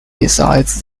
besides